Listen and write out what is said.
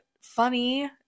funny